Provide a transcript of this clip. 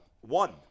One